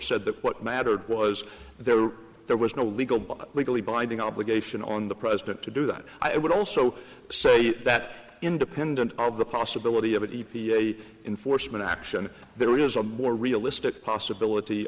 what mattered was there were there was no legal legally binding obligation on the president to do that i would also say that independent of the possibility of an e p a enforcement action there is a more realistic possibility